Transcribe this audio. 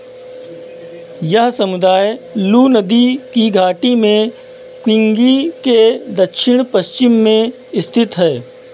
यह समुदाय लू नदी की घाटी में क्विन्गी के दक्षिण पश्चिम में स्थित है